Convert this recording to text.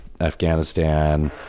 Afghanistan